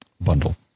bundle